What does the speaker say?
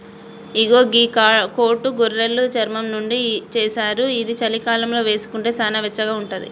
ఇగో గీ కోటు గొర్రెలు చర్మం నుండి చేశారు ఇది చలికాలంలో వేసుకుంటే సానా వెచ్చగా ఉంటది